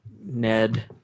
Ned